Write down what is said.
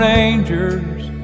Rangers